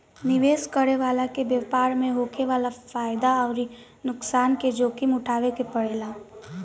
निवेश करे वाला के व्यापार में होखे वाला फायदा अउरी नुकसान के जोखिम उठावे के पड़ेला